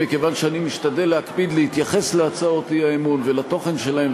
מכיוון שאני משתדל להקפיד להתייחס להצעות האי-אמון ולתוכן שלהן,